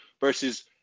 versus